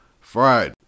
Friday